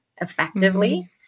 effectively